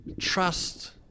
Trust